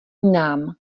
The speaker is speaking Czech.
nám